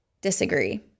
disagree